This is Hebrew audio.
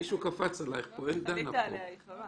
הפלטפורמה